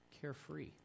carefree